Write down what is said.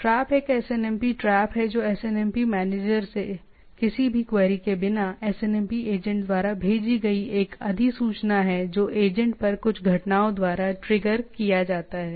trap एक SNMP trap है जो एसएनएमपी मैनेजर से किसी भी क्वेरी के बिना एसएनएमपी एजेंट द्वारा भेजी गई एक अधिसूचना है जो एजेंट पर कुछ घटनाओं द्वारा ट्रिगर किया जाता है